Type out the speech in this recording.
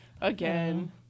again